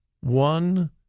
one